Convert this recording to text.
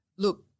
Look